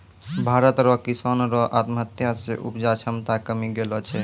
भारत रो किसानो रो आत्महत्या से उपजा क्षमता कमी गेलो छै